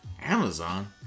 Amazon